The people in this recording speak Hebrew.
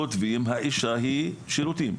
כותבים 'האישה היא שירותים'.